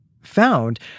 found